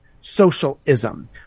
socialism